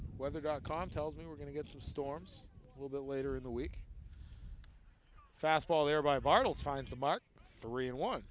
weather dot com tells me we're going to get some storms little bit later in the week fastball there by bartels finds a mark three and one